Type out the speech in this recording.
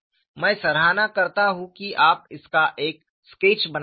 मैं सराहना करता हूं कि आप इसका एक स्केच बनाते हैं